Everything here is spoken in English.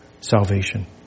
salvation